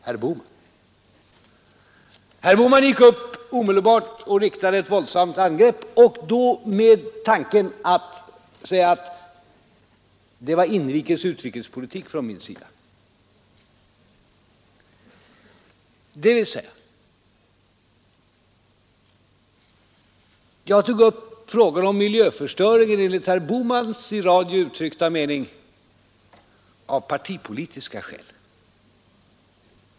Herr Bohman gick omedelbart upp och riktade ett våldsamt angrepp mot mig — och då med tanke på att jag förde en ”inrikes utrikespolitik”, dvs. att jag skulle ha tagit upp frågor om miljöförstöring — enligt herr Bohmans i radio uttryckta mening — av partipolitiska skäl.